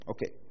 Okay